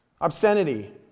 Obscenity